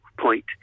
point